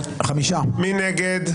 מי נגד?